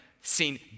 seen